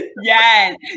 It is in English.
Yes